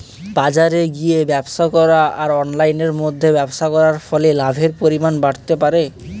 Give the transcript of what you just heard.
বাজারে গিয়ে ব্যবসা করা আর অনলাইনের মধ্যে ব্যবসা করার ফলে লাভের পরিমাণ বাড়তে পারে?